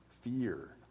fear